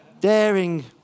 Daring